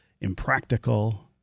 impractical